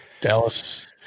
Dallas